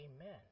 amen